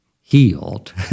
healed